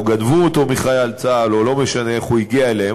גנבו אותו מחייל צה"ל או לא משנה איך הוא הגיע אליהם,